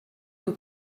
will